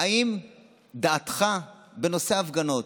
האם דעתך בנושא ההפגנות,